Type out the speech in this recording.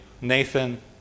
Nathan